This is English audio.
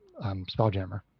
Spelljammer